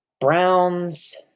Browns